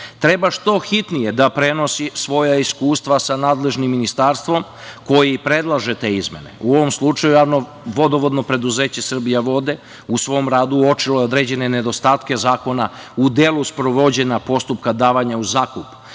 treba što hitnije da prenosi svoja iskustva sa nadležnim ministarstvom koji i predlaže te izmene. U ovom slučaju Javno vodovodno preduzeće „Srbijavode“ u svom radu uočilo je određene nedostatke zakona u delu sprovođenja postupka davanja u zakup